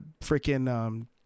freaking